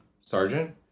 sergeant